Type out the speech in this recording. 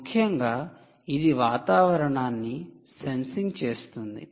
ముఖ్యంగా ఇది వాతావరణాన్ని సెన్సింగ్ చేస్తుంది